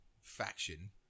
faction